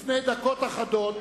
לפני דקות אחדות